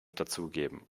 dazugeben